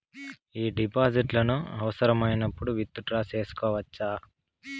ఈ డిపాజిట్లను అవసరమైనప్పుడు విత్ డ్రా సేసుకోవచ్చా?